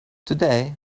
today